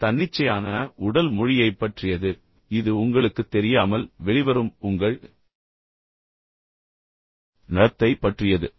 இது தன்னிச்சையான உடல் மொழியைப் பற்றியது இது உங்களுக்குத் தெரியாமல் வெளிவரும் உங்கள் நடத்தை பற்றியது